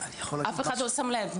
אף אחד לא שם לב.